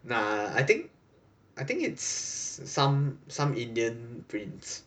nah I think I think it's some some indian prince